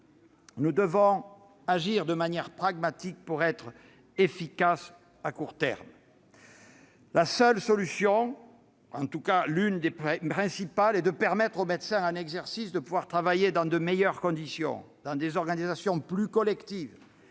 Nous devons agir de manière pragmatique, pour être efficaces à court terme. La seule solution, en tout cas l'une des principales, consiste à permettre aux médecins en exercice de travailler dans de meilleures conditions, au sein d'organisations plus collectives,